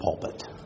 pulpit